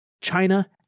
China